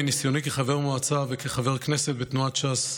מניסיוני כחבר מועצה וכחבר כנסת בתנועת ש"ס,